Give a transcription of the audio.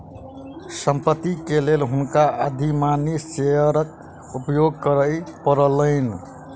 संपत्ति के लेल हुनका अधिमानी शेयरक उपयोग करय पड़लैन